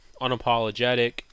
unapologetic